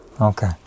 Okay